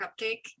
cupcake